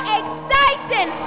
exciting